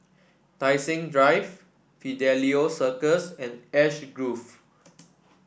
Tai Seng Drive Fidelio Circus and Ash Grove